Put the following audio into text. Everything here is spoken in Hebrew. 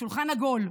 שולחן עגול.